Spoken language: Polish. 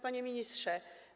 Panie Ministrze!